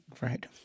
Right